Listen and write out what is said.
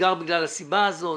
נסגר בגלל הסיבה הזאת.